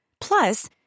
Plus